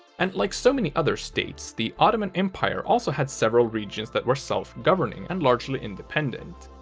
and like so many other states, the ottoman empire also had several regions that were self-governing, and largely independent.